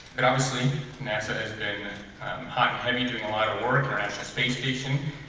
but obviously nasa has been hot heavy doing a lot of work, international space station,